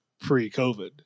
pre-COVID